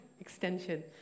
Extension